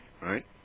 Right